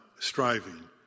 striving